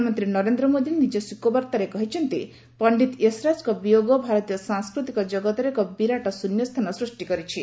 ପ୍ରଧାନମନ୍ତ୍ରୀ ନରେନ୍ଦ୍ର ମୋଦୀ ନିଜ ଶୋକବାର୍ତ୍ତାରେ କହିଛନ୍ତି ପଣ୍ଡିତ ଯଶରାଜଙ୍କ ମୃତ୍ୟୁ ଭାରତୀୟ ସାଂସ୍କୃତିକ ଜଗତରେ ଏକ ବିରାଟ ଶ୍ରନ୍ୟତା ସୃଷ୍ଟି କରିଛି